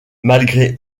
malgré